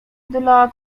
dla